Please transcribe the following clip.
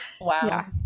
Wow